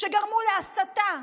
כשגרמו להסתה,